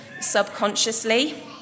subconsciously